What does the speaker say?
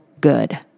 good